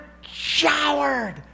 showered